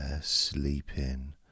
sleeping